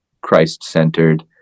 christ-centered